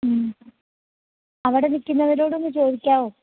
ഉം അവിടെ നില്ക്കുന്നവരോടൊന്നു ചോദിക്കാമോ